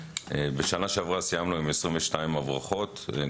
בשנה שעברה סיימנו עם 22 הברחות ועם